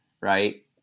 right